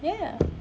ya ya